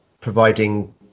providing